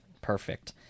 Perfect